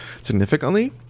significantly